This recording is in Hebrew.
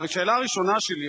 השאלה הראשונה שלי,